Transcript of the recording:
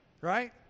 right